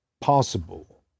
possible